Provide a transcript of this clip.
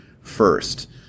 first